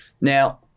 Now